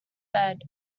bed